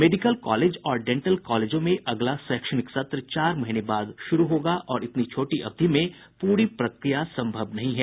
medical college और dental कॉलेजों में अगला शैक्षणिक सत्र चार महीने के बाद शुरू होगा और इतनी छोटी अवधि में पूरी प्रक्रिया सम्भव नहीं है